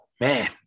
Man